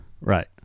Right